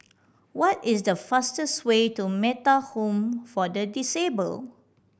what is the fastest way to Metta Home for the Disabled